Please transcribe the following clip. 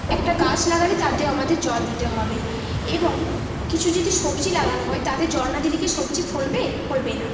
একটা গাছ লাগালে তাতেও আমাদের জল দিতে হবে এবং কিছু যদি সব্জি লাগানো হয় তাতে জল না দিলে কি সব্জি ফলবে ফলবে না